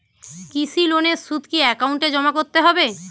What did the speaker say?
কৃষি লোনের সুদ কি একাউন্টে জমা করতে হবে?